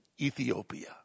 Ethiopia